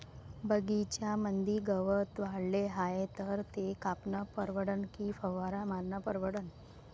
बगीच्यामंदी गवत वाढले हाये तर ते कापनं परवडन की फवारा मारनं परवडन?